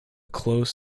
close